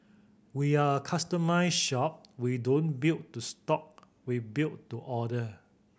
we are a customised shop we don't build to stock we build to order